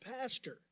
pastor